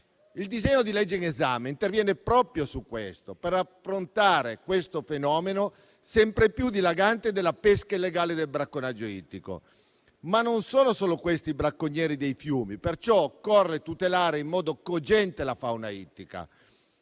Il disegno di legge in esame interviene proprio per affrontare il fenomeno, sempre più dilagante, della pesca illegale e del bracconaggio ittico. Ma non ci sono solo questi bracconieri dei fiumi ed occorre tutelare in modo cogente la fauna ittica.